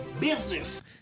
business